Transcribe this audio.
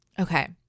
Okay